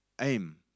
aim